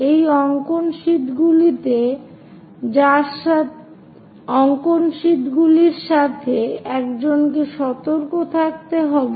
এই অঙ্কন শীটগুলির সাথে একজনকে সতর্ক থাকতে হবে